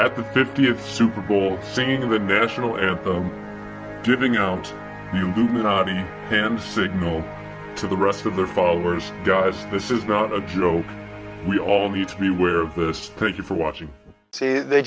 at the fiftieth superbowl singing the national anthem giving out you do not hand signal to the rest of the followers guys this is not a joke we all need to be wary of this thank you for watching they